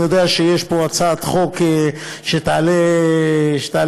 אני יודע שיש פה הצעת חוק שתעלה מחר,